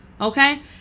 okay